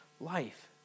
life